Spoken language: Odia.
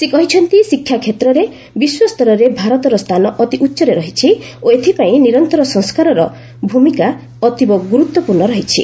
ସେ କହିଛନ୍ତି ଶିକ୍ଷା କ୍ଷେତ୍ରରେ ବିଶ୍ୱସ୍ତରରେ ଭାରତର ସ୍ଥାନ ଅତି ଉଚ୍ଚରେ ରହିଛି ଓ ଏଥିପାଇଁ ନିରନ୍ତର ସଂସ୍କାରର ଭୂମିକା ଅତୀବ ଗୁରୁତ୍ୱପୂର୍୍ଣ ରହିଛି